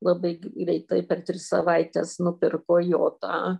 labai greitai per tris savaites nupirko jo tą